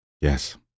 Yes